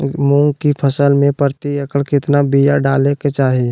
मूंग की फसल में प्रति एकड़ कितना बिया डाले के चाही?